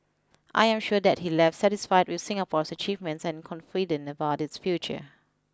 I am sure that he left satisfied with Singapore's achievements and confident about its future